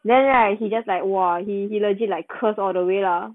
then right he just like !wah! he he legit like curse all the way lah